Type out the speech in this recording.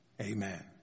Amen